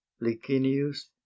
Licinius